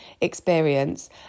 experience